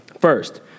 First